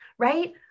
right